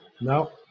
No